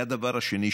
הדבר השני,